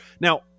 Now